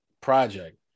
project